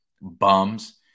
bums